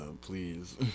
please